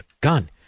gun